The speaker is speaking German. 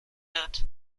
wird